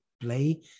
play